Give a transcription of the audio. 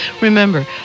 Remember